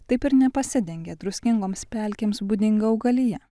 taip ir nepasidengia druskingoms pelkėms būdinga augalija